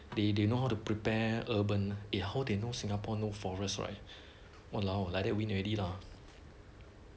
they they know how to prepare urban eh how they know singapore no forest right !walao! like that win already lah